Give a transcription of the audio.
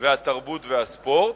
והתרבות והספורט.